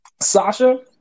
Sasha